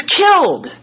killed